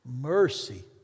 mercy